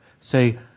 Say